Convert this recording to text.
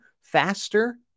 faster